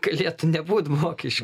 galėtų nebūt mokesčių